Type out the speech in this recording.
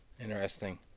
Interesting